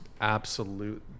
Absolute